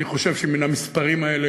אני חושב שמן המספרים האלה,